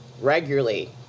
regularly